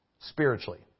spiritually